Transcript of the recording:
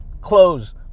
Close